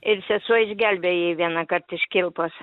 ir sesuo išgelbėjo jį vienąkart iš kilpos